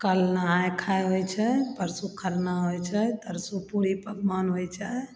कल नहाय खाय होइ छै परसू खरना होइ छै तरसू पूरी पकवान होइ छै